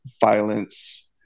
violence